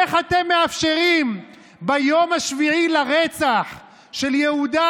איך אתם מאפשרים ביום השביעי לרצח של יהודה,